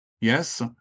Yes